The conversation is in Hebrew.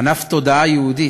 ענף תודעה יהודית,